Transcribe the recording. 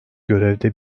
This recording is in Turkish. görevde